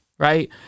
Right